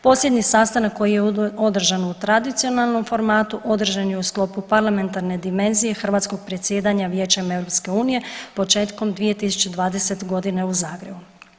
Posljednji sastanak koji je održan u tradicionalnom formatu održan je u sklopu parlamentarne dimenzije hrvatskog predsjedanja Vijećem EU početkom 2020.g. u Zagrebu.